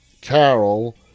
Carol